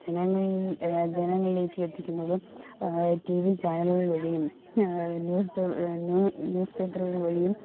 ജനങ്ങൾ ജനങ്ങളിലേക്ക് എത്തിക്കുന്നത് ടി വി ചാനലുകൾ വഴിയും ന്യൂസ് ന്യൂസ് പേപ്പറുകൾ വഴിയും